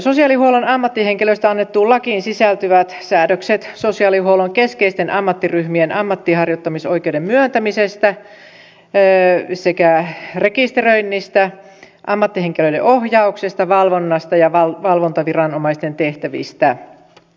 sosiaalihuollon ammattihenkilöistä annettuun lakiin sisältyvät säädökset sosiaalihuollon keskeisten ammattiryhmien ammatinharjoittamisoikeuden myöntämisestä sekä rekisteröinnistä ammattihenkilöiden ohjauksesta valvonnasta ja valvontaviranomaisten tehtävistä